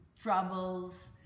troubles